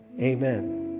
Amen